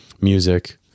music